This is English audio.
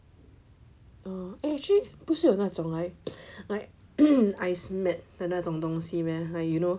oh actually 不是有那种 like ice mat 的那种东西 meh like you know